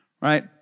right